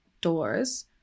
doors